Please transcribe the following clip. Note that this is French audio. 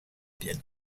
piano